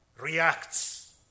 reacts